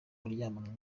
kuryamana